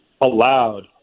allowed